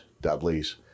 Dudley's